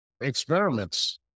experiments